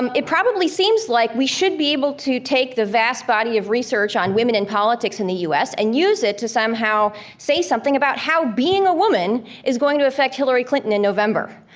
um it probably seems like we should be able to take the vast body of research on women in politics in the u s. and use it to somehow say something about how being a woman is going to affect hillary clinton in november.